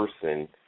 person